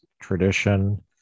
tradition